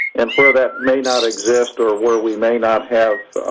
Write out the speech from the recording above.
and where that may not exist or where we may not have